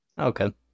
Okay